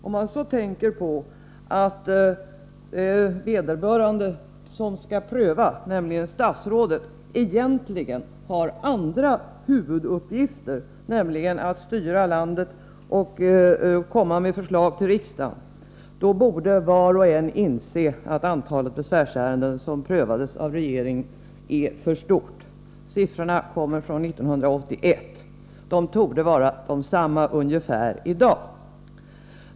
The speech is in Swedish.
Om man tänker på att vederbörande som skall pröva, nämligen statsrådet, egentligen har andra huvuduppgifter, nämligen att styra landet och komma med förslag till riksdagen, borde var och en inse att antalet besvärsärenden som prövades av regeringen är för stort. Siffrorna är från 1981. De torde vara ungefär desamma i dag.